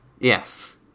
Yes